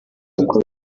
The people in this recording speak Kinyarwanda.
uko